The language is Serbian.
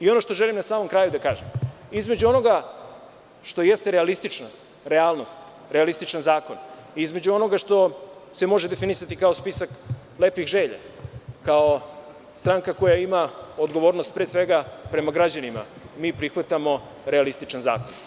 Ono što želim na samom kraju da kažem, između onoga što jeste realnost, realističan zakon, između onoga što se može definisati kao spisak lepih želja, kao stranka koja ima odgovornost pre svega prema građanima, mi prihvatamo realističan zakon.